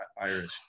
Irish